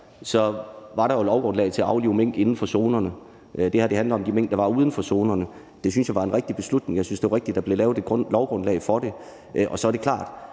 var der jo lovgrundlag til at aflive mink inden for zonerne. Det her handler om de mink, der var uden for zonerne. Det synes jeg var en rigtig beslutning. Jeg synes, det var rigtigt, at der blev lavet et lovgrundlag for det. Så er det klart,